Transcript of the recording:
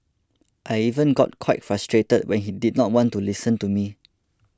I even got quite frustrated when he did not want to listen to me